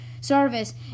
service